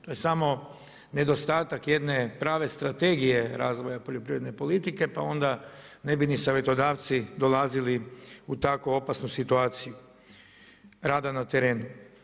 To je samo nedostatak jedne pravne strategije razvoja poljoprivredne politike, pa onda ne bi ni savjetodavci dolazili u tako opasnu situaciju rada na terenu.